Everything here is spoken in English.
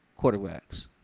quarterbacks